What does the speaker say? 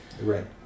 Right